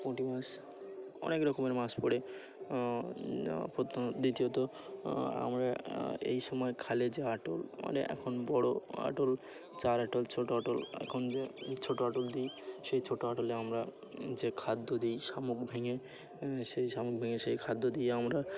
পুঁটি মাছ অনেক রকমের মাছ পে প্রম দ্বিতীয়ত আমরা এই সময় খালে যে আটল মানে এখন বড়ো আটল চার আটল ছোটো আটল এখন যে ছোটো আটল দিই সেই ছোটো আটলে আমরা যে খাদ্য দিই শামুখ ভেঙে সেই শামুক ভেঙে সেই খাদ্য দিয়ে আমরা